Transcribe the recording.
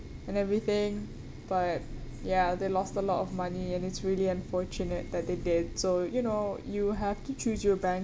and everything but ya they lost a lot of money and it's really unfortunate that they did so you know you have to choose your bank